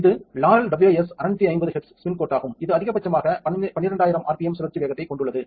இது Laurell WS 650 HZ spin coat ஆகும் இது அதிகபட்சமாக 12000 rpm சுழற்சி வேகத்தைக் கொண்டுள்ளது